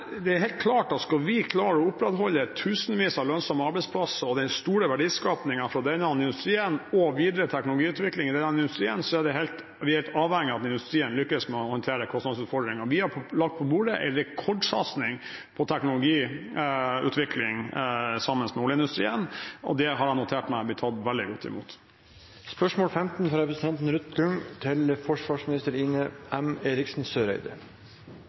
Det er helt klart at skal vi klare å opprettholde tusenvis av lønnsomme arbeidsplasser, den store verdiskapingen og videre teknologiutvikling i denne industrien, er vi helt avhengige av at industrien lykkes med å håndtere kostnadsutfordringene. Vi har lagt på bordet en rekordsatsing på teknologiutvikling sammen med oljeindustrien, og det har jeg notert meg blir tatt veldig godt imot. «Det er tidligere satt av 86 mill. kr til